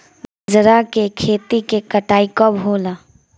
बजरा के खेती के कटाई कब होला?